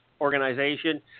organization